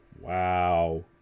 Wow